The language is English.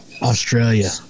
Australia